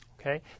Okay